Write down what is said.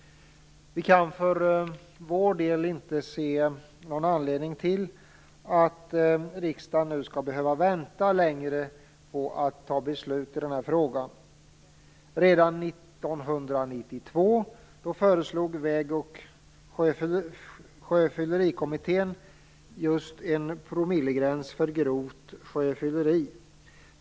Vi kan för vår del inte se någon anledning till att riksdagen nu skall behöva vänta längre på att fatta beslut i denna fråga. Redan 1992 föreslog Väg och sjöfyllerikommittén just en promillegräns för grovt sjöfylleri.